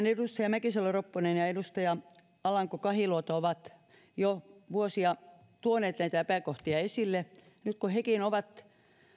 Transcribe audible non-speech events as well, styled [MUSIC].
[UNINTELLIGIBLE] edustaja mäkisalo ropponen ja edustaja alanko kahiluoto ovat jo vuosia tuoneet näitä epäkohtia esille ja nyt kun hekin ovat